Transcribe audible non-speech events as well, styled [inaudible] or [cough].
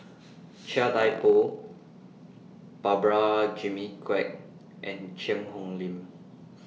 [noise] Chia Thye Poh Prabhakara Jimmy Quek and Cheang Hong Lim [noise]